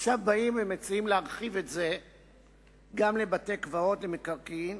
עכשיו באים ומציעים להרחיב את זה גם לבתי-קברות ומקרקעין